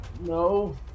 no